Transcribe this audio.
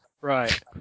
Right